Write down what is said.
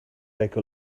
take